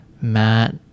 matt